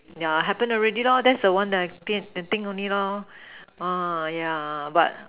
ya happen already lah that's the one that I can think only lah uh yeah but